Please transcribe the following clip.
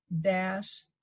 dash